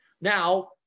now